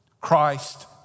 Christ